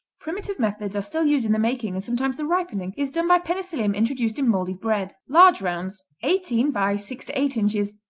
primitive methods are still used in the making and sometimes the ripening is done by penicillium introduced in moldy bread. large rounds, eighteen by six to eight inches,